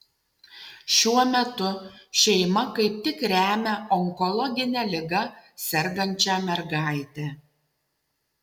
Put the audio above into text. šiuo metu šeima kaip tik remia onkologine liga sergančią mergaitę